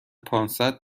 پانصد